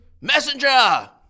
Messenger